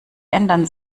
ändern